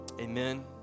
Amen